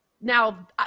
Now